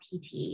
PT